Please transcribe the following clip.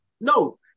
No